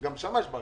גם שם יש בעיה.